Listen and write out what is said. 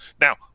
Now